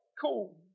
Cool